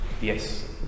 yes